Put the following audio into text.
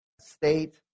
state